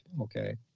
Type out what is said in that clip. okay